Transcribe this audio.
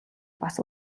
бас